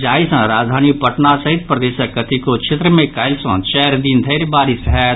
जाहि सॅ राजधानी पटना सहित प्रदेशक कतेको क्षेत्र मे काल्हि सॅ चारि दिन धरि बारिश होयत